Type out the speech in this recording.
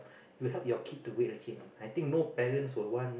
you help your kid to break the chain lah I think no parents will want